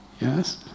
yes